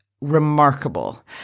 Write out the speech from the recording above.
remarkable